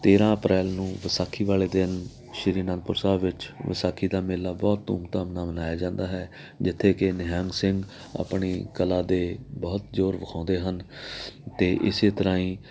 ਤੇਰਾਂ ਅਪ੍ਰੈਲ ਨੂੰ ਵਿਸਾਖੀ ਵਾਲੇ ਦਿਨ ਸ੍ਰੀ ਆਨੰਦਪੁਰ ਸਾਹਿਬ ਵਿੱਚ ਵਿਸਾਖੀ ਦਾ ਮੇਲਾ ਬਹੁਤ ਧੂਮਧਾਮ ਨਾਲ ਮਨਾਇਆ ਜਾਂਦਾ ਹੈ ਜਿੱਥੇ ਕਿ ਨਿਹੰਗ ਸਿੰਘ ਆਪਣੀ ਕਲਾ ਦੇ ਬਹੁਤ ਜੋਰ ਵਿਖਾਉਂਦੇ ਹਨ ਅਤੇ ਇਸ ਤਰ੍ਹਾਂ ਹੀ